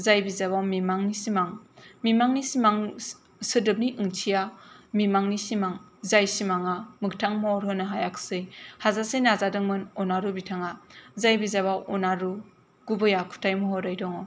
जाय बिजाबा मिमांनि सिमां मिमांनि सिमां सोदोबनि ओंथिया मिमांनि सिमां जाय सिमाङा मोखथां महर होनो हायाखैसै हाजासे नाजादोंमोन अनारु बिथाङा जाय बिजाबाव अनारु गुबै आखुथाय महरै दङ